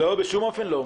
בשום אופן לא.